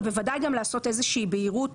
ובוודאי גם לעשות איזושהי בהירות,